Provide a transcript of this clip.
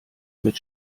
mit